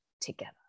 together